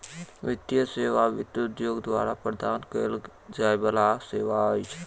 वित्तीय सेवा वित्त उद्योग द्वारा प्रदान कयल जाय बला सेवा अछि